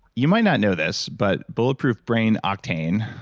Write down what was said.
you might not know this, but bulletproof brain octane,